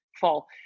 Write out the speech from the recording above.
fall